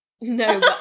No